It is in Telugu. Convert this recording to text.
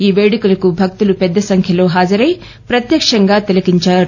ఈ వేడుకకు భక్తు పెద్దసంఖ్యలో హాజరై ప్రత్యక్షంగా తిలకించారు